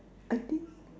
I think